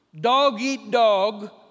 dog-eat-dog